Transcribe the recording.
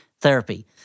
therapy